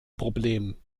problem